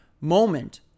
moment